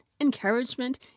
encouragement